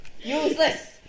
Useless